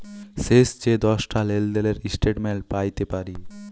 শেষ যে দশটা লেলদেলের ইস্ট্যাটমেল্ট প্যাইতে পারি